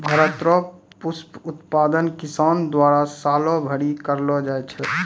भारत रो पुष्प उत्पादन किसान द्वारा सालो भरी करलो जाय छै